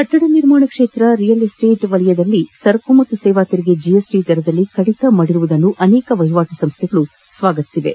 ಕಟ್ಟಡ ನಿರ್ಮಾಣ ಕ್ಷೇತ್ರ ರಿಯಲ್ ಎಸ್ಷೇಟ್ ಮೇಲಿನ ಸರಕು ಮತ್ತು ಸೇವಾ ತೆರಿಗೆ ಜಿಎಸ್ಟ ದರದಲ್ಲಿ ಕಡಿತ ಮಾಡಿರುವುದನ್ನು ಅನೇಕ ವಹಿವಾಟು ಸಂಸ್ಟೆಗಳು ಸ್ವಾಗತಿಸಿವೆ